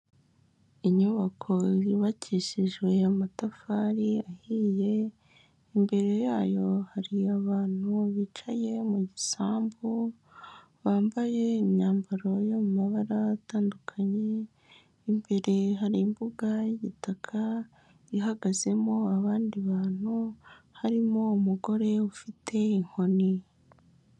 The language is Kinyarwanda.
Inyubako yubakishijwe amatafari ahiye, imbere yayo hari abantu bicaye mu gisambu, bambaye imyambaro yo mu mabara atandukanye, imbere hari imbuga y'igitaka, ihagazemo abandi bantu, harimo umugore ufite inkoni.